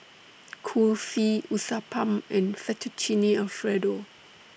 Kulfi Uthapam and Fettuccine Alfredo